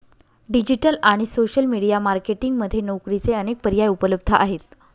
digital आणि social media marketing मध्ये नोकरीचे अनेक पर्याय उपलब्ध आहेत